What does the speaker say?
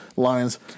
lines